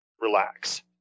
relax